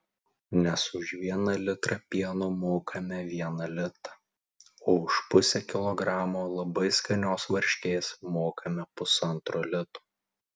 nes už vieną litrą pieno mokame vieną litą o už pusę kilogramo labai skanios varškės mokame pusantro lito